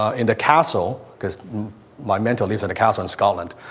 ah in the castle, cause my mentor lives in a castle in scotland,